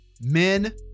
Men